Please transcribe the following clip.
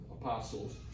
apostles